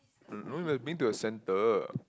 um no you have to bring to the centre